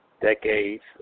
decades